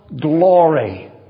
glory